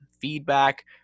feedback